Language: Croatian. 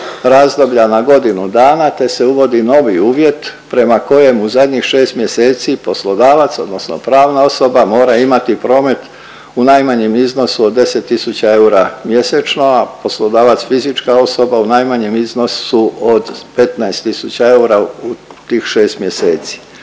razdoblja na godinu dana te se uvodi novi uvjet prema kojem u zadnjih 6 mjeseci poslodavac odnosno pravna osoba mora imati promet u najmanjem iznosu od 10 tisuća eura mjesečno, a poslodavac, fizička osoba u najmanjem iznosu od 15 tisuća eura u tih 6 mjeseci.